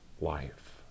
life